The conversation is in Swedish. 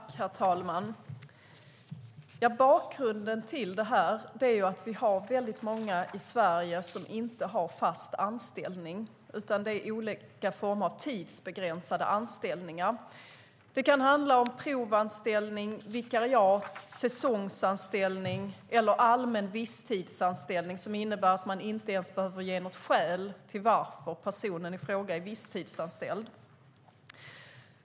Herr talman! Bakgrunden till min interpellation är att många i Sverige inte har fast anställning utan olika former av tidsbegränsade anställningar. Det kan handla om provanställning, vikariat, säsongsanställning eller allmän visstidsanställning som innebär att arbetsgivaren inte ens behöver ge något skäl till varför personen i fråga är visstidsanställd.